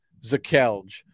Zakelj